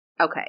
Okay